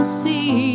see